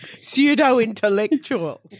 Pseudo-intellectual